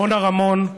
רונה רמון,